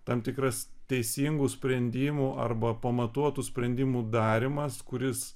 tam tikras teisingų sprendimų arba pamatuotų sprendimų darymas kuris